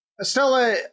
Estella